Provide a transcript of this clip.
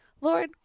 Lord